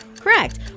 Correct